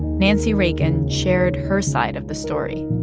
nancy reagan shared her side of the story.